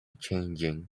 changing